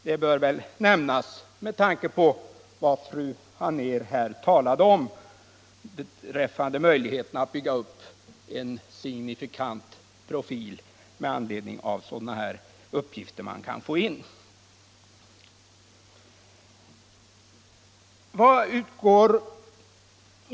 Detta bör väl nämnas med tanke på vad fru Anér här talat om beträffande möjligheten att bygga upp ensig nifikant profil med anledning av uppgifter som man kan få in.